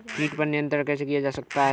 कीट पर नियंत्रण कैसे किया जा सकता है?